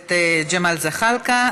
הכנסת ג'מאל זחאלקה.